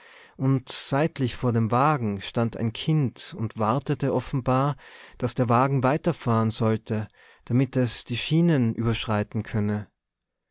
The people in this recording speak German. und seitlich vor dem wagen stand ein kind und wartete offenbar daß der wagen weiterfahren sollte damit es die schienen überschreiten könne